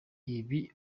ibi